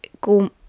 go